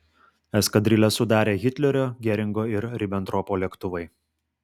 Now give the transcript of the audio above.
eskadrilę sudarė hitlerio geringo ir ribentropo lėktuvai